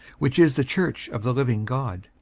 which is the church of the living god,